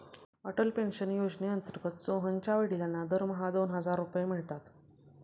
Atal pension योजनेअंतर्गत सोहनच्या वडिलांना दरमहा दोन हजार रुपये मिळतात